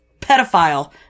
pedophile